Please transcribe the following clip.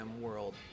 world